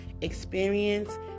experience